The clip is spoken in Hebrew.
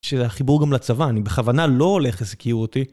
שהחיבור גם לצבא, אני בכוונה לא הולך להזכיר אותי.